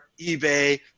eBay